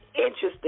interesting